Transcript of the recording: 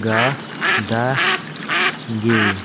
ꯒꯗꯒꯦ